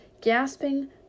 Gasping